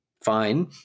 fine